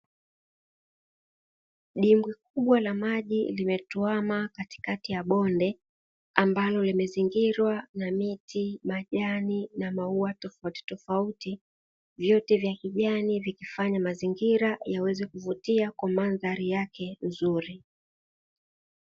Dibwi kubwa la maji limetuama katikati ya bonde ambalo limezingirwa na miti majani na maua tofauti tofauti, vyote vya kijani vikifanya mazingira yaweze kuvutia kwa mandhari yake nzuri.